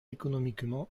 économiquement